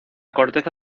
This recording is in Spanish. corteza